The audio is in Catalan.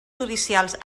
judicials